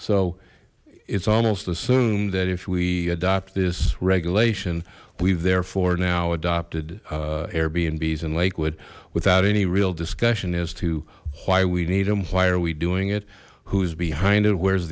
so it's almost assumed that if we adopt this regulation we've therefore now adopted airbnb zin lakewood without any real discussion as to why we need them why are we doing it who's behind it where's